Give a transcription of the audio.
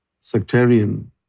sectarian